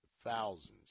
thousands